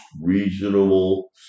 reasonable